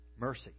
Mercy